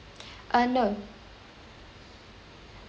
uh no